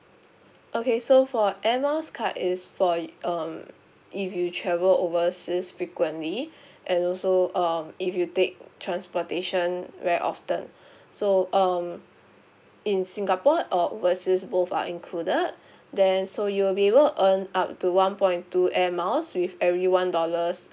okay so for air miles card is for um if you travel overseas frequently and also um if you take transportation very often so um in singapore or overseas both are included then so you'll be able earn up to one point two air miles with every one dollars